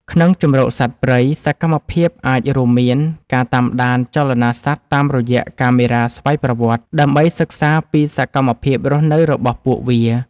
ក្នុងជម្រកសត្វព្រៃ សកម្មភាពអាចរួមមានការតាមដានចលនាសត្វតាមរយៈកាមេរ៉ាស្វ័យប្រវត្តិ ដើម្បីសិក្សាពីសកម្មភាពរស់នៅរបស់ពួកវា។